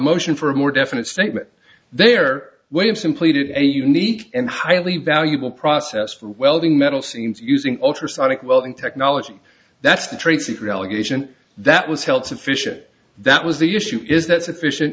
motion for a more definite statement there way of simply did a unique and highly valuable process for welding metal seams using ultrasonic welding technology that's the trade secret allegation that was held sufficient that was the issue is that sufficient